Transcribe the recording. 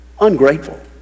ungrateful